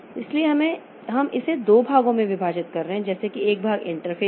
इसलिए हम इसे दो भागों में विभाजित कर रहे हैं जैसे एक भाग इंटरफ़ेस है